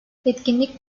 etkinlik